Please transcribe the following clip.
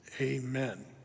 amen